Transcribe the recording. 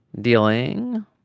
Dealing